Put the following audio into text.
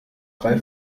drei